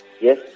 yes